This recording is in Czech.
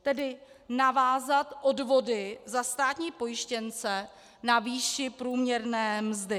Tedy navázat odvody za státní pojištěnce na výši průměrné mzdy.